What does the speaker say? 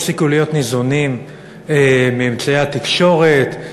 תפסיקו להיות ניזונים מאמצעי התקשורת,